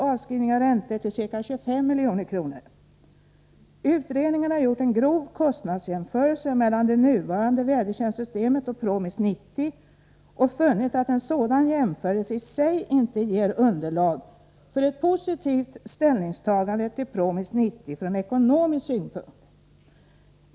avskrivningar och räntor, till ca 25 milj.kr. Utredningen har gjort en grov kostnadsjämförelse mellan det nuvarande vädertjänstsystemet och PROMIS 90 och funnit att en sådan jämförelse i sig inte ger underlag för ett positivt ställningstagande till PROMIS 90 från ekonomisk synpunkt.